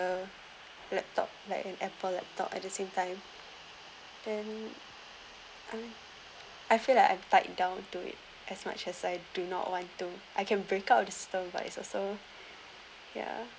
laptop like an apple laptop at the same time then I feel like I'm tied down to it as much as I do not want to I can break out all these stuff but it's also ya